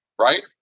Right